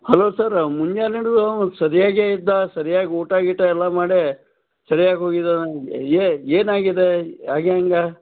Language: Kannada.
ಹಲೋ ಸರ್ ಮುಂಜಾನೆದ್ದು ಅವ್ನು ಸರಿಯಾಗೇ ಇದ್ದ ಸರ್ಯಾಗಿ ಊಟ ಗೀಟ ಎಲ್ಲ ಮಾಡೇ ಸರ್ಯಾಗಿ ಹೋಗಿದ್ದಾನೆ ಏನಾಗಿದೆ ಅದ್ ಹೆಂಗೆ